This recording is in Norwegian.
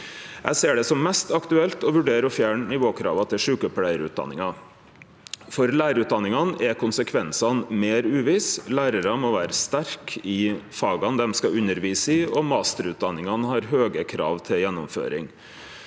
Eg ser det som mest aktuelt å vurdere å fjerne nivåkrava til sjukepleiarutdanninga. For lærarutdanningane er konsekvensane meir uvisse. Lærarar må vere sterke i faga dei skal undervise i, og masterutdanningane har høge krav til gjennomføring.